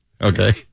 okay